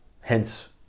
hence